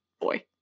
boy